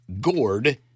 gourd